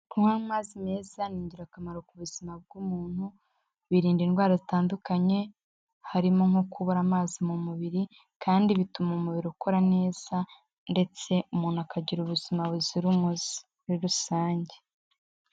Kunywa amazi meza ni ingirakamaro ku buzima bw'umuntu, birinda indwara zitandukanye, harimo nko kubura amazi mu mubiri kandi bituma umubiri ukora neza ndetse umuntu akagira ubuzima buzira muri rusange.